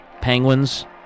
Penguins